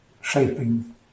shaping